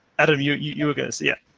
adam, you you were going to say yeah.